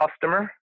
customer